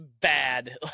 bad